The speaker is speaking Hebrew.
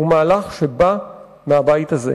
הוא מהלך שבא מהבית הזה.